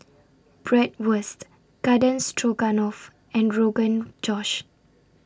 Bratwurst Garden Stroganoff and Rogan Josh